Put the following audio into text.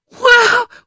Wow